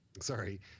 Sorry